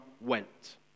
went